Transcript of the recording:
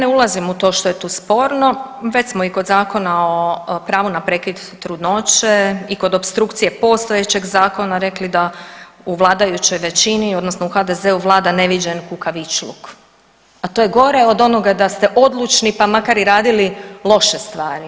Ja ne ulazim u to što je tu sporno, već smo i kod Zakona o pravu na prekid trudnoće i kod opstrukcije postojećeg zakona rekli da u vladajućoj većini odnosno u HDZ-u vlada neviđen kukavičluk, a to je gore od onoga da ste odlučni pa makar i radili loše stvari.